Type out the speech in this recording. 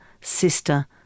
sister